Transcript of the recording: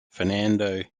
fernando